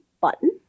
button